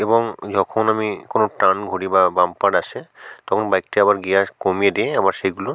এবং যখন আমি কোনো টার্ন ঘুরি বা বাম্পার আসে তখন বাইকটি আবার গিয়ার কমিয়ে দিয়ে আবার সেগুলো